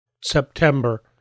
September